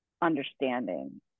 understanding